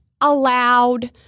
allowed